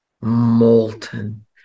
molten